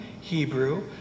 Hebrew